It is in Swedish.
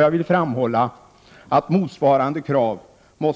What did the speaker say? Jag vill framhålla att motsvarande krav